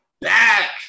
back